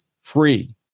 free